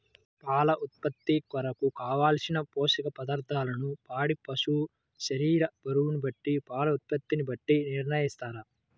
పాల ఉత్పత్తి కొరకు, కావలసిన పోషక పదార్ధములను పాడి పశువు శరీర బరువును బట్టి పాల ఉత్పత్తిని బట్టి నిర్ణయిస్తారా?